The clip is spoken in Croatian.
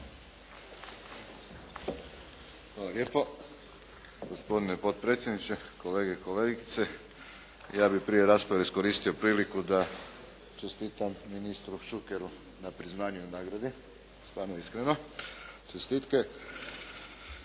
Hvala lijepo. Gospodine potpredsjedniče, kolege i kolegice, ja bih prije rasprave iskoristio priliku da čestitam ministru Šukeru na priznanju i nagradi, stvarno iskreno čestitke.